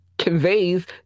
conveys